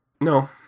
No